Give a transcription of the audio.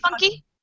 funky